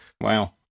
Wow